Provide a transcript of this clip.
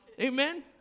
Amen